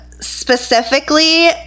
Specifically